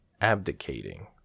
abdicating